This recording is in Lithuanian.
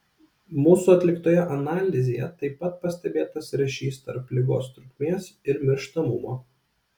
mūsų atliktoje analizėje taip pat pastebėtas ryšys tarp ligos trukmės ir mirštamumo